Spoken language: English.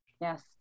Yes